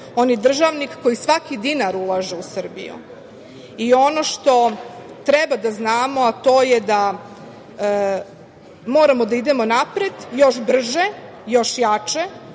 On je državnik koji svaki dinar ulaže u Srbiju. Ono što treba da znamo to je da moramo da idemo napred još brže, još jače